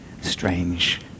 strange